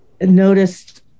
noticed